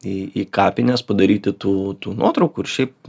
į į kapines padaryti tų tų nuotraukų ir šiaip